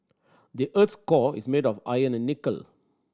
the earth's core is made of iron and nickel